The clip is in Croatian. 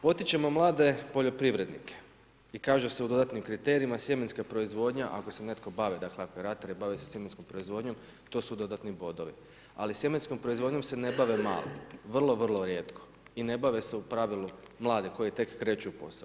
Potičemo mlade poljoprivrednike i kaže se u dodatnim kriterijima, sjemenska proizvodnja ako se netko bavi ako je ratar i bavi se sjemenskom proizvodnjom to su dodatni bodovi, ali sjemenskom proizvodnjom se ne bave mali, vrlo, vrlo rijetko i ne bave se u pravilu mladi koji tek kreću u posao.